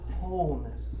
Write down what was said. wholeness